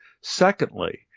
Secondly